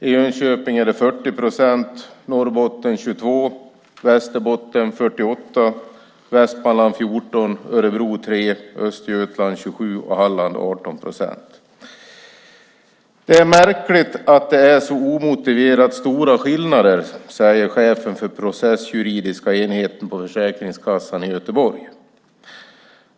I Jönköping är det 40 procent, i Norrbotten är det 22 procent, i Västerbotten är det 48 procent, i Västmanland är det 14 procent, i Örebro är det 3 procent, i Östergötland är det 27 procent, och i Halland är det 18 procent. "Det är märkligt att det är så omotiverat stora skillnader", säger chefen för processjuridiska enheten på Försäkringskassan i Göteborg.